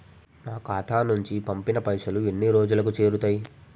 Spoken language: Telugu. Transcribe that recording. నా ఖాతా నుంచి పంపిన పైసలు ఎన్ని రోజులకు చేరుతయ్?